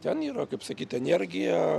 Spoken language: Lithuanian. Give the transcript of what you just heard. ten yra kaip sakyt energija